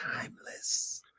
timeless